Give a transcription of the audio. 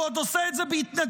והוא עוד עושה את זה בהתנדבות